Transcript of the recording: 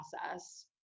process